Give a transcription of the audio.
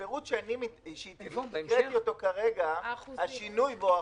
הפירוט שאני הקראתי אותו כרגע השינוי בו,